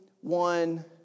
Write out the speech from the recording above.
one